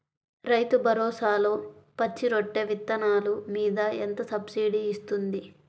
రైతు భరోసాలో పచ్చి రొట్టె విత్తనాలు మీద ఎంత సబ్సిడీ ఇస్తుంది?